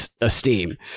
esteem